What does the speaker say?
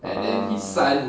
ah